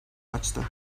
açtı